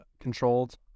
controlled